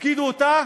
הפקידו אותה